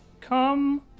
come